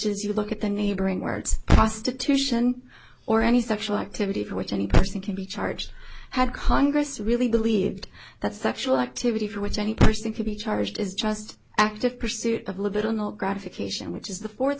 is you look at the neighboring words prostitution or any sexual activity for which any person can be charged had congress really believed that sexual activity for which any person can be charged is just active pursuit of leviton or gratification which is the fourth